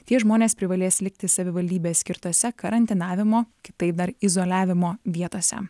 tie žmonės privalės likti savivaldybės skirtose karantinavimo kitaip dar izoliavimo vietose